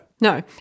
No